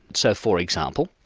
so, for example,